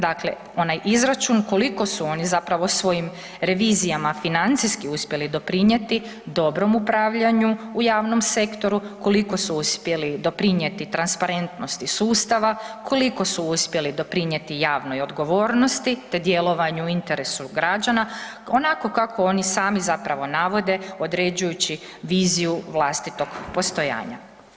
Dakle, onaj izračun koliko su oni zapravo svojim revizijama financijski uspjeli doprinjeti dobrom upravljanju u javnom sektoru, koliko su uspjeli doprinjeti transparentnosti sustava, koliko su uspjeli doprinjeti javnoj odgovornosti, te djelovanju u interesu građana, onako kako oni sami zapravo navode određujući viziju vlastitog postojanja.